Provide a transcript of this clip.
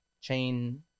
chain